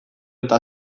eta